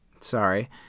sorry